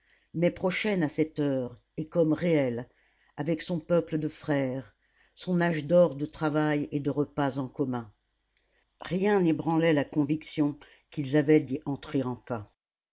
mais prochaine à cette heure et comme réelle avec son peuple de frères son âge d'or de travail et de repas en commun rien n'ébranlait la conviction qu'ils avaient d'y entrer enfin